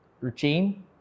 Routine